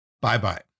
Bye-bye